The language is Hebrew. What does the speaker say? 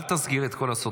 אל תסגיר את כל הסודות.